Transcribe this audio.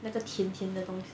那个甜甜的东西